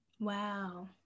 Wow